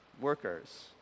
workers